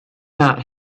not